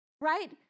right